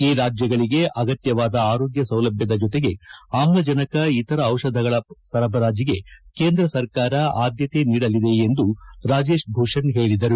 ಈ ರಾಜ್ಯಗಳಿಗೆ ಅಗತ್ಯವಾದ ಆರೋಗ್ಯ ಸೌಲಭ್ಯದ ಜೊತೆಗೆ ಆಮ್ಲಜನಕ ಇತರ ವಿಷಧಿಗಳ ಸರಬರಾಜಿಗೆ ಕೇಂದ್ರ ಸರ್ಕಾರ ಆದ್ಲತೆ ನೀಡಲಿದೆ ಎಂದು ರಾಜೇಶ್ ಭೂಷಣ್ ಹೇಳಿದರು